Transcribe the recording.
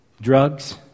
drugs